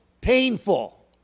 painful